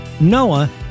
Noah